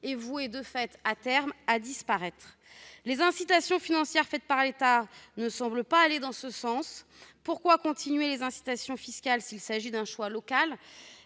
et vouée, de fait, à disparaître à terme. Les incitations financières de l'État ne semblent pas aller dans ce sens. Pourquoi maintenir les incitations fiscales s'il s'agit d'un choix local